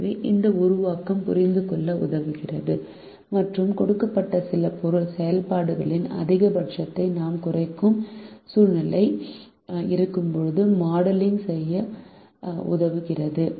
எனவே இந்த உருவாக்கம் புரிந்துகொள்ள உதவுகிறது மற்றும் கொடுக்கப்பட்ட சில செயல்பாடுகளின் அதிகபட்சத்தை நாம் குறைக்கும் சூழ்நிலை இருக்கும்போது மாடலிங் செய்ய உதவுகிறது